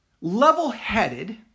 level-headed